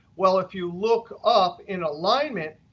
well if you look up in alignment,